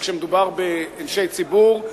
כשמדובר באישי ציבור,